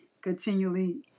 continually